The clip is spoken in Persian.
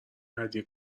هدیه